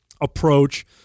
approach